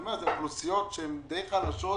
אלה אוכלוסיות שהן די חלשות